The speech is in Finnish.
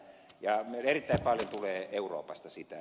erittäin paljon tulee euroopasta sitä